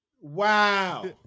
Wow